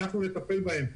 אנחנו נטפל בהם.